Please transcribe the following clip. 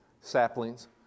saplings